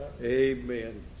amen